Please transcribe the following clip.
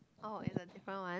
oh it's a different one